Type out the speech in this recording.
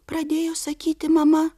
pradėjo sakyti mama